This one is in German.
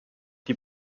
die